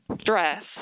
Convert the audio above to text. stress